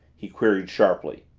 he queried sharply.